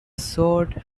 sword